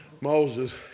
Moses